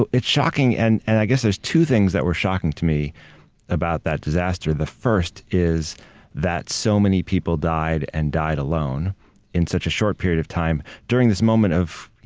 it's shocking. and and i guess there's two things that were shocking to me about that disaster. the first is that so many people died and died alone in such a short period of time during this moment of,